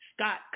Scott